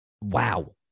wow